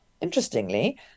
interestingly